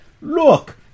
Look